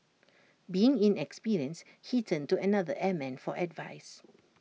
being inexperienced he turned to another airman for advice